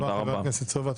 תודה רבה, חבר הכנסת סובה.